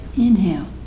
inhale